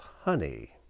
honey